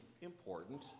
important